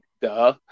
duh